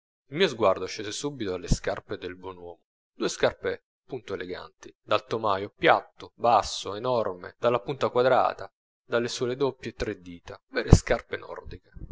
il mio sguardo scese subito alle scarpe del buon uomo due scarpe punto eleganti dal tomaio piatto basso enorme dalla punta quadrata dalle suola doppie tre dita vere scarpe nordiche